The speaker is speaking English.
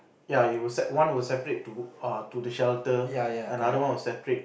ya it will set one will separate to err to the shelter another one will separate